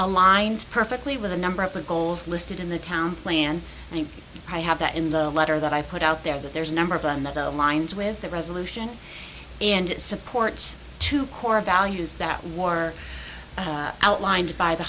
aligns perfectly with a number of her goals listed in the town plan and i have that in the letter that i put out there that there's a number of on the lines with that resolution and it supports two core values that war outlined by the